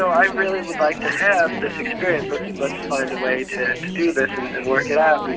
so i really would like to have this experience. let's let's find a way to to do this and and work it out.